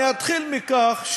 אני אתחיל בכך,